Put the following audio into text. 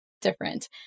different